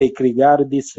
ekrigardis